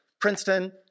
Princeton